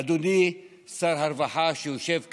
אדוני שר הרווחה, שיושב כאן,